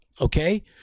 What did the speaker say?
Okay